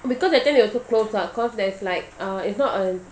because that time they also close lah cause there's like it's not a